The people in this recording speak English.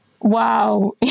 wow